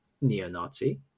neo-nazi